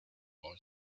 boy